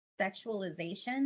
sexualization